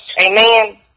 Amen